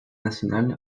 nationale